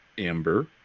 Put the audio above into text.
amber